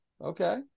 okay